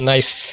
Nice।